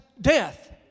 Death